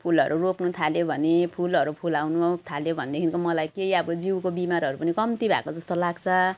फुलहरू रोप्नुथाल्यो भने फुलहरू फुलाउनुथाल्यो भनेदेखिको त मलाई केही अब जिउको बिमारहरू पनि कम्ती भएको जस्तो लाग्छ